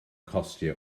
costio